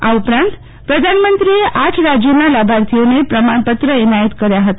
આ ઉપરાંત પ્રધાનમંત્રોએ આઠ રાજયોના લાભાર્થીઓને પ્રમાણપત્ર એનાયત કર્યા હતા